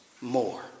more